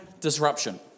disruption